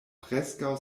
preskaŭ